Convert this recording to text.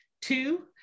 two